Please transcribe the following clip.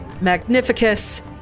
Magnificus